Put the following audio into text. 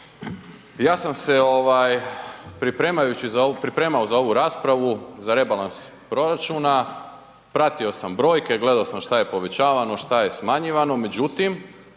Ja sam se pripremajući za ovu raspravu, za rebalans proračuna pratio sam brojke gledao sam šta je povećavano, šta je smanjivano, međutim